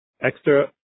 extra